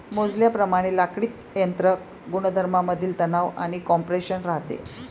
मोजल्याप्रमाणे लाकडीत यांत्रिक गुणधर्मांमधील तणाव आणि कॉम्प्रेशन राहते